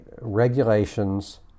regulations